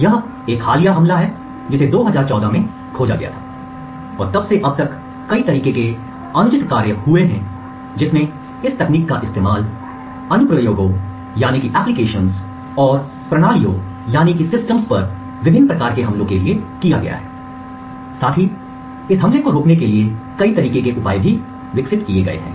यह एक हालिया हमला है जिसे 2014 में खोजा गया था और तब से अब तक कई तरीके के अनुचित कार्य हुए हैं जिसमें इस तकनीक का इस्तेमाल अनुप्रयोगों और प्रणालियों पर विभिन्न प्रकार के हमलो के लिए किया गया है साथ ही इस हमले को रोकने के लिए कई तरीके के उपाय भी विकसित किए गए हैं